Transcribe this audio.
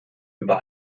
über